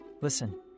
Listen